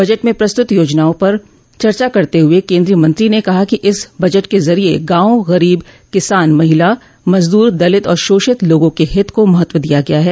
budget में प्रस्तुत योजनाओं पर चर्चा करते हुए केन्द्रीय मंत्री ने कहा कि इस बजट के जरिये गांव गरीब किसान महिला मजदूर दलित और शोषित लोगों के हित को महत्व दिया गया है